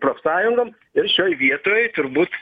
profsąjungom ir šioj vietoj turbūt